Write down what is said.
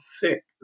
thick